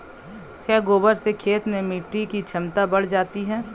क्या गोबर से खेत में मिटी की क्षमता बढ़ जाती है?